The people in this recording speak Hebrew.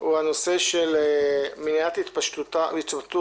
הוא הנושא של מניעת התפשטות